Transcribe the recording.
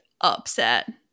upset